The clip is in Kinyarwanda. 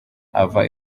ava